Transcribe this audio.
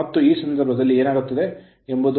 ಮತ್ತು ಆ ಸಂದರ್ಭದಲ್ಲಿ ಏನಾಗುತ್ತದೆ ಎಂಬುದು